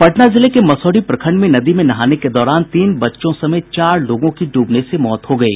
पटना जिले में मसौढ़ी प्रखंड में नदी में नहाने के दौरान तीन बच्चों समेत चार लोगों की डूबने से मौत हो गयी